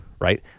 Right